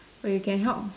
or you can help